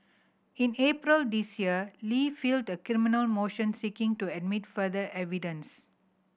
in April this year Li filed a criminal motion seeking to admit further evidence